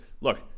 Look